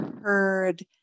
heard